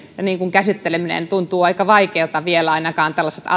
käsitteleminen tuntuu aika vaikealta vielä ainakin